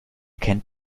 kennt